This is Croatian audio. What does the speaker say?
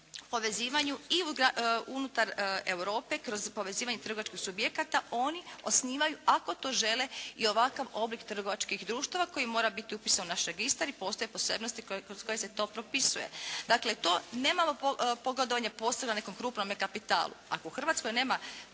povezivanju i unutar Europe kroz povezivanje trgovačkih subjekata oni osnivaju ako to žele i ovakav oblik trgovačkih društava koji mora biti upisan u naš registar i postoje posebnosti kroz koje se to propisuje. Dakle to nemamo pogodovanje posebno na nekome krupnome kapitalu. Ako u Hrvatskoj nema